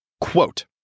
Quote